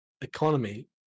economy